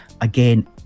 again